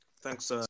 Thanks